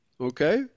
okay